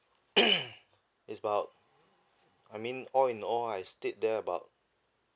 is about I mean all in all I stayed there about